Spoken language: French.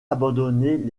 abandonner